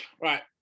Right